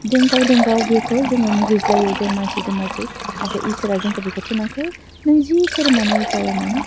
जों गावजों गाव बेखौ जोङो मुगैज्लायो जों मानसिजों मानसि नाथाइ इसोरा जोंखौ बेखौ थिनाखै नों जि धोरोमानो जाया मानो